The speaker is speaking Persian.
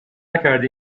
نکردی